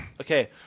Okay